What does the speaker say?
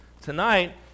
Tonight